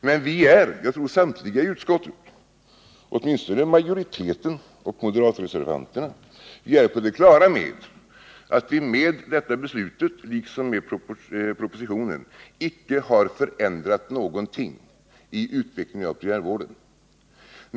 Men vi är — jag tror samtliga i utskottet men åtminstone majoriteten och moderatreservanterna — på det klara med att vi med detta beslut liksom med propositionen inte har förändrat någonting i utvecklingen av primärvården.